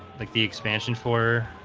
like the expansion for